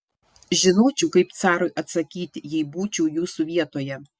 žinočiau kaip carui atsakyti jei būčiau jūsų vietoje